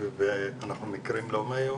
אנחנו מכירים לא מהיום,